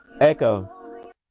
Echo